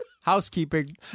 Housekeeping